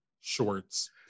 shorts